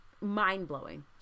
mind-blowing